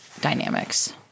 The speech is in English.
dynamics